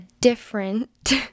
different